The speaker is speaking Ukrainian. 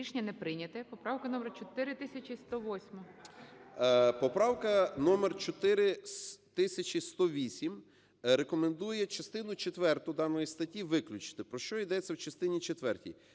Рішення не прийнято. Поправка номер 4108. 17:17:30 СИДОРОВИЧ Р.М. Поправка номер 4108 рекомендує частину четверту даної статті виключити. Про що йдеться в частині четвертій: